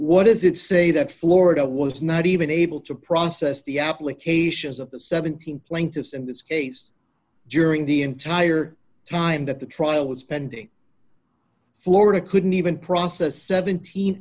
what does it say that florida was not even able to process the applications of the seventeen plaintiffs in this case during the entire time that the trial is pending florida couldn't even process seventeen